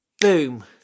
boom